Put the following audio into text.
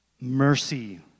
mercy